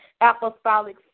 Apostolic